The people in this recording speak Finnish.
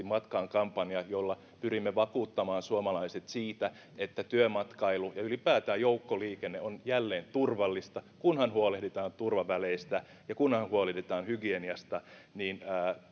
matkaan kampanja jolla pyrimme vakuuttamaan suomalaiset siitä että työmatkailu ja ylipäätään joukkoliikenne on jälleen turvallista kunhan huolehditaan turvaväleistä ja kunhan huolehditaan hygieniasta niin